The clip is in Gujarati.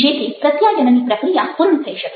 જેથી પ્રત્યાયનની પ્રક્રિયા પૂર્ણ થઈ શકે